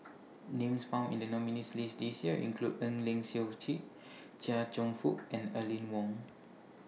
Names found in The nominees' list This Year include Eng Lee Seok Chee Chia Cheong Fook and Aline Wong